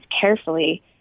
carefully